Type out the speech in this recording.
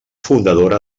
fundadora